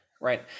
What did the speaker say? right